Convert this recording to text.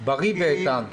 אמן, בריא ואיתן.